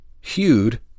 hewed